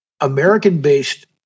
American-based